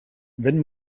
wenn